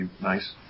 nice